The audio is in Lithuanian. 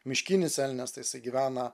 miškinis elnias tai jisai gyvena